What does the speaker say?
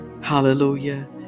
Hallelujah